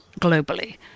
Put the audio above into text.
globally